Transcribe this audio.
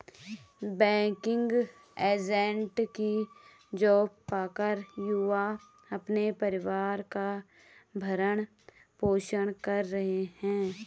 banking agent की job पाकर युवा अपने परिवार का भरण पोषण कर रहे है